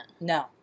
No